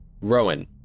Rowan